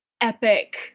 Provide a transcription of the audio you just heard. epic